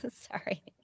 sorry